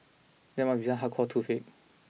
that must be some hardcore toothache